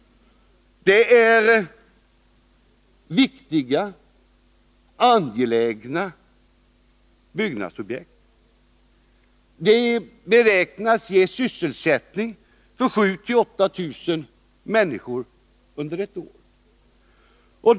Det är viktiga och angelägna byggnadsobjekt. De beräknas ge sysselsättning åt 7 000-8 000 människor under ett år.